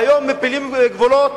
והיום מפילים גבולות,